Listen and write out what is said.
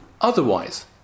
otherwise